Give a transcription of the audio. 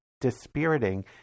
dispiriting